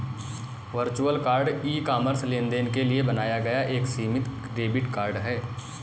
virtual card e commerce लेनदेन के लिए बनाया गया एक सीमित डेबिट कार्ड है